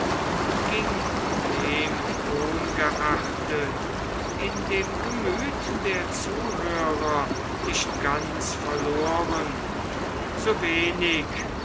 ging demungeachtet in dem gemüth der zuhörer nicht ganz verloren so wenig